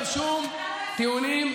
אין לכם שום טיעונים אינטליגנטיים.